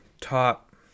top